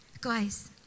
Guys